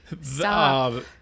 Stop